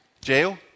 Jail